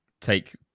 take